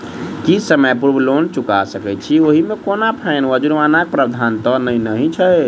की समय पूर्व लोन चुका सकैत छी ओहिमे कोनो फाईन वा जुर्मानाक प्रावधान तऽ नहि अछि?